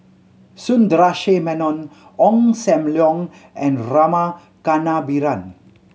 Sundaresh Menon Ong Sam Leong and Rama Kannabiran